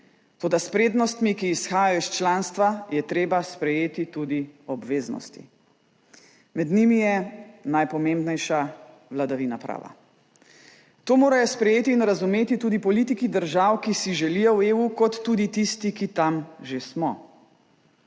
Toda s prednostmi, ki izhajajo iz članstva, je treba sprejeti tudi obveznosti. Med njimi je najpomembnejša vladavina prava. To morajo sprejeti in razumeti tudi politiki držav, ki si želijo v EU, kot tudi tisti, ki tam že smo.